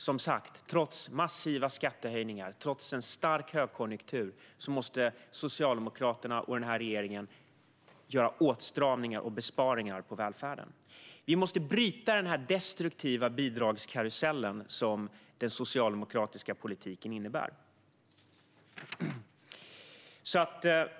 Som sagt: Trots massiva skattehöjningar och en stark högkonjunktur måste Socialdemokraterna och den här regeringen göra åtstramningar och besparingar på välfärden. Vi måste bryta den destruktiva bidragskarusell som den socialdemokratiska politiken innebär.